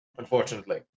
unfortunately